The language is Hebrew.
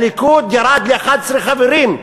הליכוד ירד ל-11 חברים,